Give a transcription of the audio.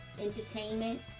entertainment